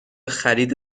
خرید